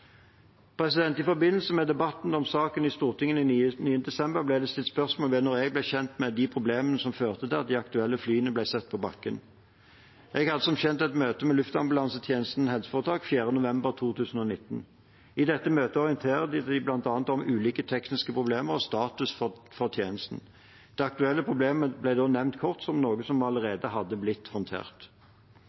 I forbindelse med debatten om saken i Stortinget 9. desember ble det stilt spørsmål ved når jeg ble kjent med de problemene som førte til at de aktuelle flyene ble satt på bakken. Jeg hadde som kjent et møte med Luftambulansetjenesten HF 4. november 2019. I dette møtet orienterte de bl.a. om ulike tekniske problemer og status for tjenesten. Det aktuelle problemet ble da nevnt kort som noe som allerede hadde blitt håndtert.